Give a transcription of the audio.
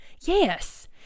Yes